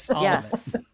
Yes